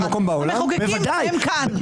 המחוקקים הם כאן.